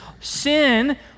sin